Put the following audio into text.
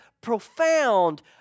profound